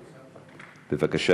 בבקשה,